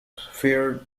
fared